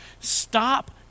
Stop